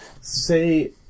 Say